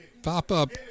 Pop-up